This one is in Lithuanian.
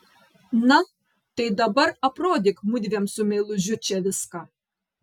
na tai dabar aprodyk mudviem su meilužiu čia viską